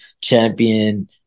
champion